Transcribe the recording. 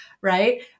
right